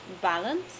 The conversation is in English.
balance